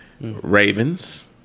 Ravens